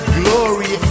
glory